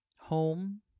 home